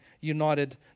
united